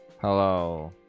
Hello